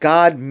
God